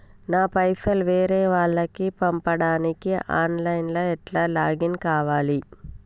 నా పైసల్ వేరే వాళ్లకి పంపడానికి ఆన్ లైన్ లా ఎట్ల లాగిన్ కావాలి?